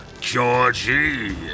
Georgie